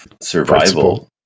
Survival